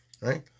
Right